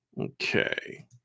Okay